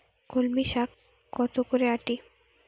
কলমি শাখ কত করে আঁটি?